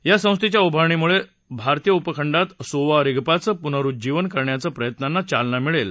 या संस्थेच्या उभारणीमुळे भारतीय उपखंडात सोवा रिग्पाचं पुनरुज्जीवन करण्याच्या प्रयत्नांना चालना मिळेल